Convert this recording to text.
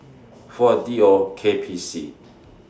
four D O K P C